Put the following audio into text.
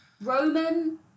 Roman